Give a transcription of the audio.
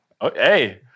hey